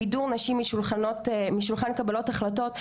מידור נשים משולחן קבלות החלטות,